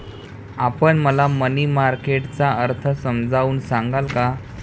आपण मला money market चा अर्थ समजावून सांगाल का?